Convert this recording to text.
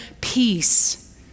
peace